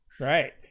right